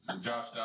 Josh